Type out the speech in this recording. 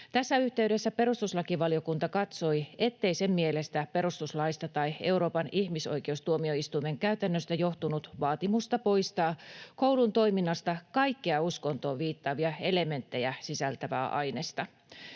Tässä yhteydessä perustuslakivaliokunta katsoi, ettei sen mielestä perustuslaista tai Euroopan ihmisoikeustuomioistuimen käytännöstä johtunut vaatimusta poistaa koulun toiminnasta kaikkea uskontoon viittaavia elementtejä sisältävää ainesta.